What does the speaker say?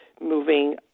moving